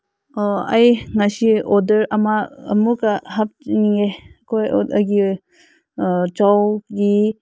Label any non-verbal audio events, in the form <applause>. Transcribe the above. ꯑꯩ ꯉꯁꯤ ꯑꯣꯗꯔ ꯑꯃ ꯑꯃꯨꯛꯀ ꯍꯥꯞꯅꯤꯡꯉꯦ <unintelligible> ꯑꯩꯒꯤ ꯆꯧꯒꯤ